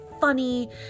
funny